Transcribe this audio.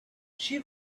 she